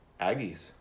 Aggies